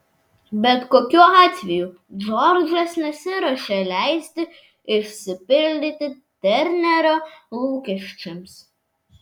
bet kokiu atveju džordžas nesiruošė leisti išsipildyti ternerio lūkesčiams